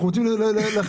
אנחנו רוצים להכליל את הכול.